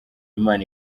imana